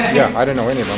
i don't know any